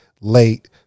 Late